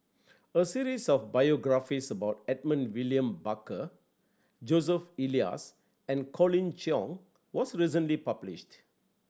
a series of biographies about Edmund William Barker Joseph Elias and Colin Cheong was recently published